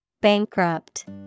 Bankrupt